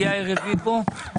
יאיר רביבו, ראש עיריית לוד., תודה.